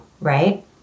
right